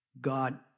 God